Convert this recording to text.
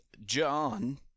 John